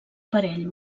parell